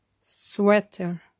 Sweater